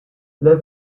les